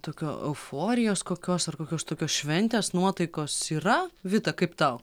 tokio euforijos kokios ar kokios tokios šventės nuotaikos yra vita kaip tau